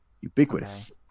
ubiquitous